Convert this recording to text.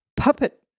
puppet